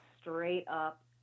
straight-up